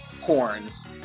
horns